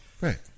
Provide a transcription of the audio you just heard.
right